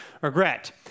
regret